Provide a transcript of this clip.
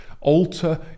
Alter